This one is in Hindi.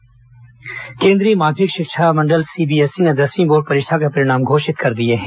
सीबीएसई दसवीं परिणाम केन्द्रीय माध्यमिक शिक्षा मंडल सीबीएसई ने दसवीं बोर्ड परीक्षा के परिणाम घोषित कर दिए हैं